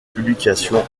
publication